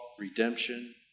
Redemption